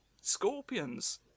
scorpions